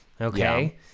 Okay